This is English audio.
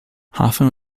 hoffman